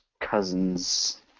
cousins